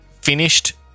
finished